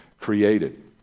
created